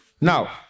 Now